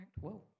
whoa